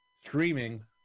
streaming